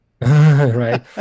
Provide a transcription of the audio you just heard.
Right